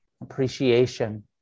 appreciation